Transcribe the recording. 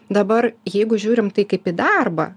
dabar jeigu žiūrim tai kaip į darbą